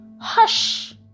Hush